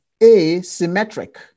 asymmetric